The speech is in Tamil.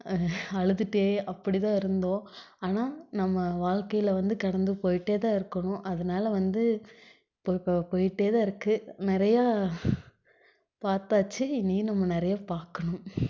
அழுதுட்டே அப்படிதான் இருந்தோம் ஆனால் நம்ம வாழ்க்கைல வந்து கடந்து போய்கிட்டேதான் இருக்கணும் அதனால வந்து போய்கிட்டேதான் இருக்குது நிறைய பார்த்தாச்சி இனியும் நம்ம நிறைய பார்க்கணும்